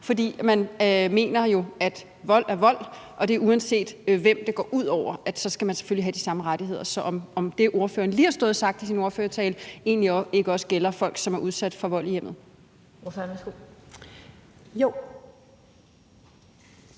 For man mener jo, at vold er vold, og uanset hvem det går ud over, skal de selvfølgelig have de samme rettigheder. Så gælder det, ordføreren lige har stået og sagt i sin ordførertale, egentlig ikke også for folk, som er udsat for vold i hjemmet?